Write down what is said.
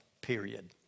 period